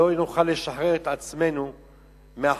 אנחנו לא נוכל לשחרר את עצמנו מאחריות,